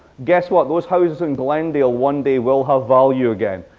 guess what? those houses in glendale one day will have value again,